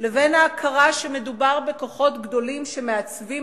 לבין ההכרה שמדובר בכוחות גדולים שמעצבים